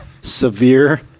severe